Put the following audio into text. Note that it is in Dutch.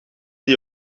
die